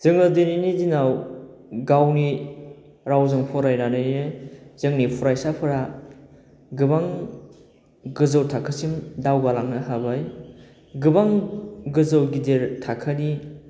जोङो दिनैनि दिनाव गावनि रावजों फरायनानैनो जोंनि फरायसाफोरा गोबां गोजौ थाखोसिम दावगालांनो हाबाय गोबां गोजौ गिदिर थाखोनि